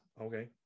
Okay